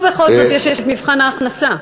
ובכל זאת יש את מבחן ההכנסה.